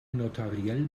notariell